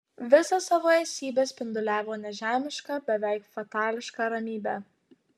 visą savo esybe spinduliavo nežemišką beveik fatališką ramybę